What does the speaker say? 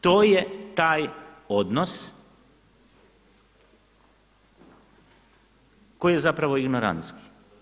To je taj odnos koji je zapravo ignorantski.